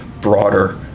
broader